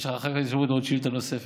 יש לך אחר כך אפשרות לעוד שאילתה נוספת.